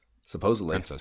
Supposedly